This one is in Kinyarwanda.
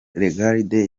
lagarde